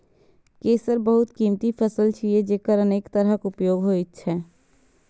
केसर बहुत कीमती फसल छियै, जेकर अनेक तरहक उपयोग होइ छै